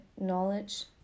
knowledge